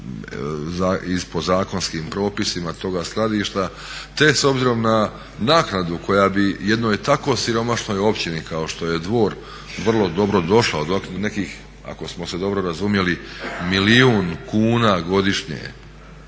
i podzakonskim propisima toga skladišta te s obzirom na naknadu koja bi jednoj tako siromašnoj općini kao što je Dvor vrlo dobro došao, do nekih ako smo se dobro razumjeli nekih milijun kuna godišnje.